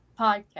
podcast